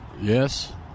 Yes